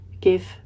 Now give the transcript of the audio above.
give